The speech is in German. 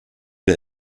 der